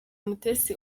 mutesi